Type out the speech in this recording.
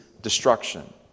destruction